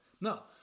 no